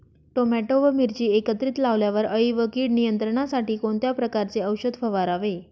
Tomato व मिरची एकत्रित लावल्यावर अळी व कीड नियंत्रणासाठी कोणत्या प्रकारचे औषध फवारावे?